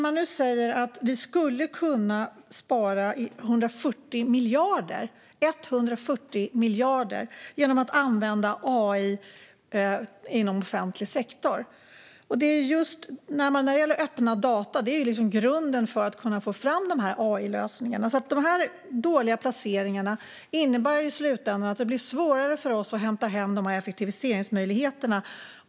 Man säger att vi skulle kunna spara 140 miljarder genom att använda AI inom offentlig sektor. Öppna data är ju grunden för att få fram AI-lösningarna, så de dåliga placeringarna innebär att det blir svårare för oss att hämta hem effektiviseringsmöjligheterna.